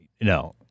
no